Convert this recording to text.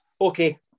okay